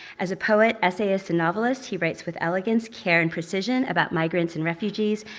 as a poet, essayist, and novelist, he writes with elegance, care, and precision about migrants and refugees,